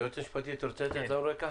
היועץ המשפטי, אתה רוצה לתת לנו רקע?